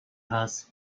has